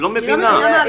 אני מבינה בחוק.